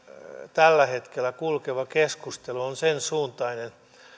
tällä hetkellä kulkeva keskustelu on sen suuntainen